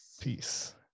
Peace